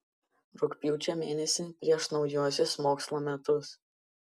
rugpjūčio mėnesį prieš naujuosius mokslo metus